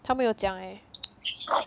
他们有讲 eh